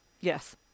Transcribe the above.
Yes